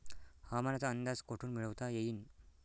हवामानाचा अंदाज कोठून मिळवता येईन?